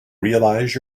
realize